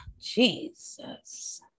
Jesus